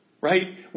Right